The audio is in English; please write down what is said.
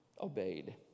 obeyed